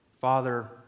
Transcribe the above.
Father